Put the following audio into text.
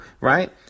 Right